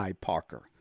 Parker